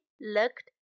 looked